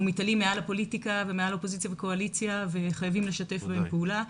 מתעלים מעל הפוליטיקה ומעל אופוזיציה וקואליציה וחייבים לשתף פעולה.